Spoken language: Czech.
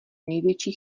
největší